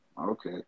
Okay